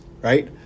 right